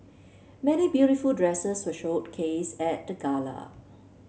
many beautiful dresses were showcased at the gala